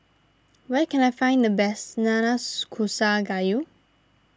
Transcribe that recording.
where can I find the best Nanas Kusa Gayu